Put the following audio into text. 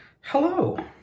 Hello